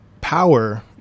power